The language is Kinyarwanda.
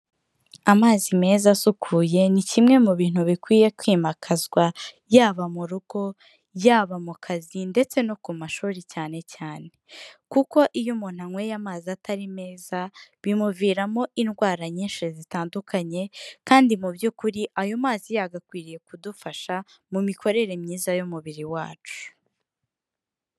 Amazi meza asukuye ni kimwe mu bintu bikwiye kwimakazwa, yaba mu rugo, yaba mu kazi, ndetse no ku mashuri cyane cyane. Kuko iyo umuntu anyweye amazi atari meza bimuviramo indwara nyinshi zitandukanye kandi mu by'ukuri ayo mazi yagakwiriye kudufasha mu mikorere myiza y'umubiri wacu.